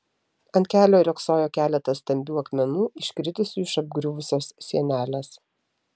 ant kelio riogsojo keletas stambių akmenų iškritusių iš apgriuvusios sienelės